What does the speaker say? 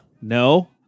no